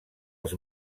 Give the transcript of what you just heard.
els